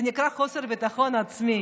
זה נקרא חוסר ביטחון עצמי.